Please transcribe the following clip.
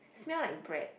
smell like bread